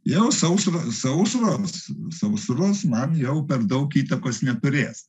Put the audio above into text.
jau sausra sausroms sausros man jau per daug įtakos neturės